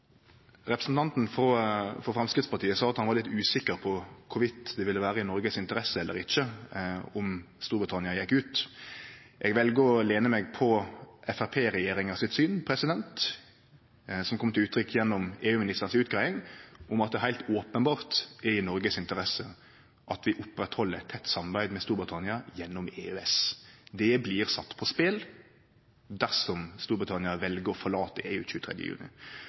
Representanten frå Framstegspartiet sa at han var litt usikker på om det ville vere i Noreg si interesse eller ikkje om Storbritannia gjekk ut. Eg vel å lene meg på Høgre–Framstegsparti-regjeringa sitt syn, som kom til uttrykk gjennom utgreiinga til EU-ministeren, at det heilt openbert er i Noregs interesse at vi opprettheld eit tett samarbeid med Storbritannia gjennom EØS. Det blir satt på spel dersom Storbritannia vel å forlate EU 23. juni.